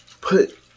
put